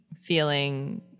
feeling